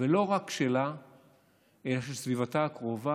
ולא רק שלה אלא של סביבתה הקרובה,